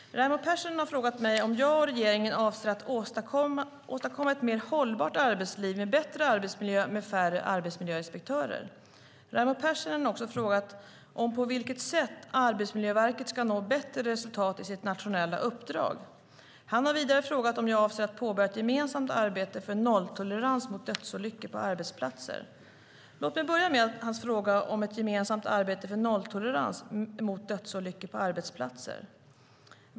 Fru talman! Raimo Pärssinen har frågat mig om jag och regeringen avser att åstadkomma ett mer hållbart arbetsliv med bättre arbetsmiljö med färre arbetsmiljöinspektörer. Raimo Pärssinen har också frågat om på vilket sätt Arbetsmiljöverket ska nå bättre resultat i sitt nationella uppdrag. Han har vidare frågat om jag avser att påbörja ett gemensamt arbete för nolltolerans mot dödsolyckor på arbetsplatser. Låt mig börja med hans fråga om ett gemensamt arbete för nolltolerans mot dödsolyckor på arbetsplatser.